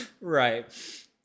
right